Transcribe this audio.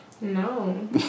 No